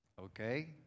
Okay